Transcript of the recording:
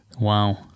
Wow